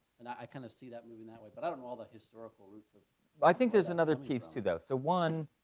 and i kinda kind of see that moving that way, but i don't know all the historical roots of but i think there's another piece too though. so one,